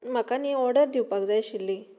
म्हाका न्ही ऑर्डर दिवपाक जाय आशिल्ली